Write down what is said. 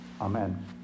Amen